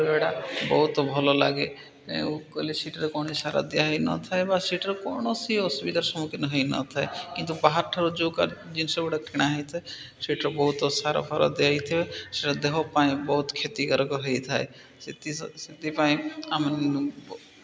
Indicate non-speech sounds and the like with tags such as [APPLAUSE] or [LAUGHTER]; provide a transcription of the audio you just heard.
ଆରମ୍ଭ କରିବାଟା ବହୁତ ଭଲ ଲାଗେ [UNINTELLIGIBLE] କୌଣସି ସାର ଦିଆ ହେଇନଥାଏ ବା [UNINTELLIGIBLE] କୌଣସି ଅସୁବିଧାର ସମ୍ମୁଖୀନ ହେଇନଥାଏ କିନ୍ତୁ ବାହାର ଠାରୁ ଯୋଉ ଜିନିଷ ଗୁଡ଼ା କିଣା ହେଇଥାଏ ସେଇଠାରେ ବହୁତ ସାରଫାର ଦିଆ ହେଇଥିବ ଏ ସେଟା ଦେହ ପାଇଁ ବହୁତ କ୍ଷତିକାରକ ହେଇଥାଏ ସେଥି ସେଥିପାଇଁ ଆମେ